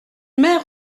mère